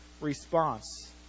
response